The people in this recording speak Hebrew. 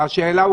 השאלה,